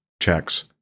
Checks